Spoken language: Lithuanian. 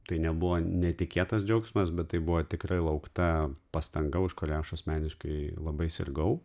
tai nebuvo netikėtas džiaugsmas bet tai buvo tikrai laukta pastanga už kurią aš asmeniškai labai sirgau